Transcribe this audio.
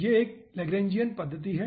यह एक लैग्रैन्जियन पद्धति है